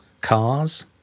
cars